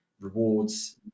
rewards